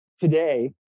today